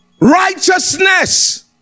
Righteousness